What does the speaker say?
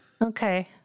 Okay